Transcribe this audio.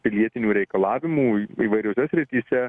pilietinių reikalavimų įvairiose srityse